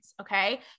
Okay